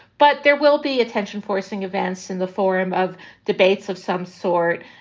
but there will be attention forcing events in the form of debates of some sort.